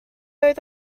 oedd